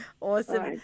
awesome